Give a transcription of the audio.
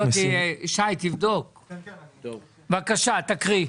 בבקשה, תקריא.